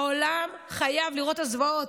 העולם חייב לראות את הזוועות.